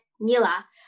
Mila